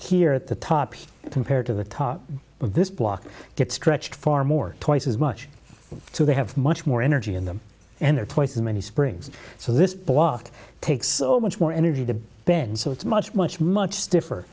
here at the top he compared to the top of this block get stretched far more twice as much so they have much more energy in them and they're twice as many springs so this block takes so much more energy to bend so it's much much much stiffer